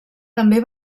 també